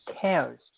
cares